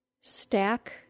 Stack